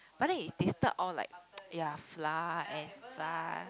but then it tasted all like ya flour and flour